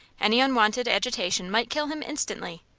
any unwonted agitation might kill him instantly.